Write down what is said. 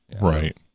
right